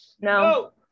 no